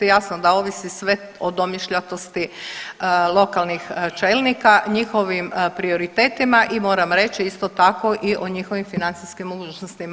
Jasno da ovisi sve o domišljatosti lokalnih čelnika, njihovim prioritetima i moram reći isto tako i o njihovim financijskim mogućnostima.